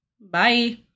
Bye